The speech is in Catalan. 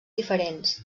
diferents